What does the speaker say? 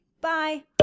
bye